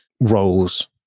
roles